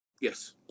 Yes